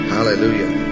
Hallelujah